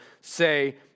say